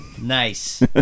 Nice